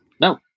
no